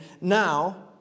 now